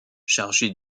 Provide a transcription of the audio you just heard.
chargé